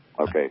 Okay